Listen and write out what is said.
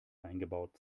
eingebaut